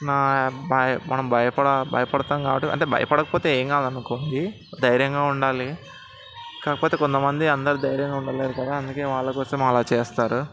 నా భ మనం భయపడ భయపడతాం కాబట్టి అంటే భయపడకపోతే ఏం కాదు అనుకోండి ధైర్యంగా ఉండాలి కాకపోతే కొంతమంది అందరు ధైర్యంగా ఉండలేరు కదా అందుకే వాళ్ళకోసం అలా చేస్తారు